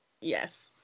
Yes